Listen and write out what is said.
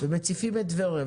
מציפים את טבריה.